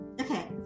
okay